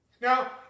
Now